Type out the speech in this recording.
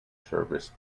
service